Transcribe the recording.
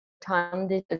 time